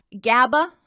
GABA